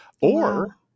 Or-